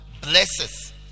blesses